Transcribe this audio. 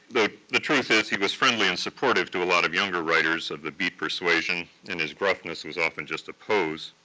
the the truth is, he was friendly and supportive to a lot of younger writers of the beat persuasion, and his gruffness was often just a pose.